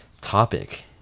topic